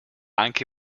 anche